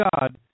God